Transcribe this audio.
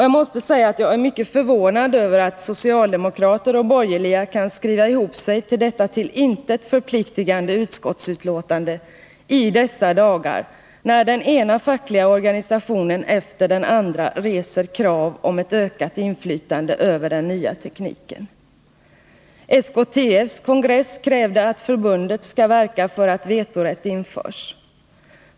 Jag måste säga att jag är mycket förvånad över att socialdemokrater och borgerliga kan skriva ihop sig till detta till intet förpliktande utskottsutlåtande i dessa dagar, när den ena fackliga organisationen efter den andra reser krav om ett ökat inflytande över den nya tekniken. På SKTF:s kongress krävde man att förbundet skall verka för att vetorätt införs.